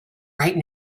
right